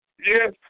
Yes